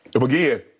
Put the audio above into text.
again